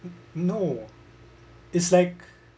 no it's like